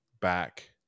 back